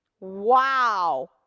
Wow